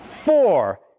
Four